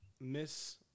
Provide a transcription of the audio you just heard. Miss